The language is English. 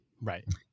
Right